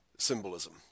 Symbolism